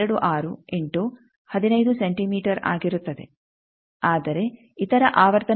26 into 15 centimetre ಆಗಿರುತ್ತದೆ ಆದರೆ ಇತರ ಆವರ್ತನಗಳಲ್ಲಿ ಅದು 0